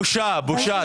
בושה, בושה.